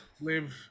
live